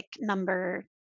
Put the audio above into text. number